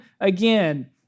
again